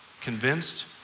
convinced